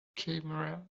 camera